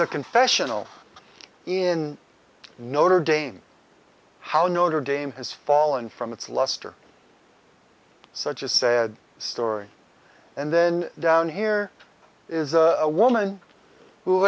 a confessional in notre dame how notre dame has fallen from its luster such a sad story and then down here is a woman who